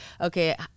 okay